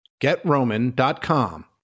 GetRoman.com